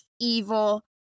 evil